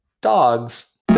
Dogs